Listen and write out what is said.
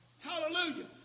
Hallelujah